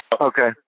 Okay